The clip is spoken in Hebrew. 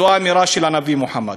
זו האמירה של הנביא מוחמד.